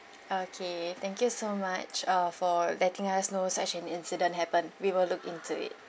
okay thank you so much uh for letting us know such an incident happened we will look in it